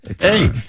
Hey